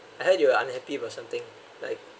I heard you were unhappy about something like